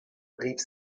rief